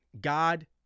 God